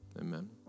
Amen